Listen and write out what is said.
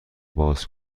باز